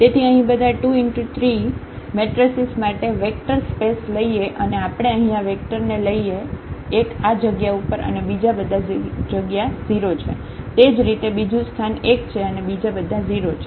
તેથી અહીં બધા 23 મેટ્રેસીસ માટે વેક્ટર સ્પેસ લઈએ અને આપણે અહીં આ વેક્ટર ને લઈએ 1 આ જગ્યા ઉપર અને બીજા બધા જગ્યા 0 છે તેજ રીતે બીજું સ્થાન 1 છે અને બીજા બધા 0 છે